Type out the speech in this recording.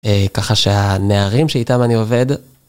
ככה שהנערים שאיתם אני עובד